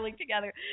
together